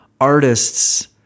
artists